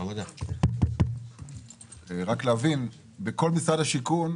אגב, בכל משרד השיכון,